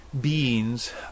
beings